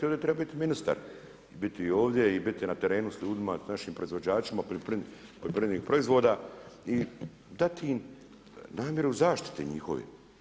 Ovdje je trebao biti ministar, biti ovdje i biti na terenu s ljudima, s našim proizvođačima poljoprivrednih proizvoda i dati im namjeru zaštitu njihove.